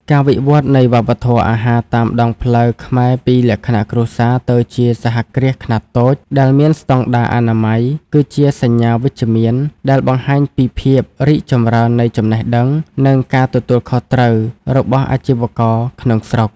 ការវិវត្តនៃវប្បធម៌អាហារតាមដងផ្លូវខ្មែរពីលក្ខណៈគ្រួសារទៅជាសហគ្រាសខ្នាតតូចដែលមានស្ដង់ដារអនាម័យ គឺជាសញ្ញាវិជ្ជមានដែលបង្ហាញពីភាពរីកចម្រើននៃចំណេះដឹង និងការទទួលខុសត្រូវរបស់អាជីវករក្នុងស្រុក។